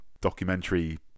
documentary